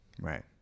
right